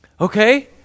okay